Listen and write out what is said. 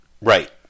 Right